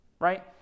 Right